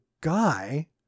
guy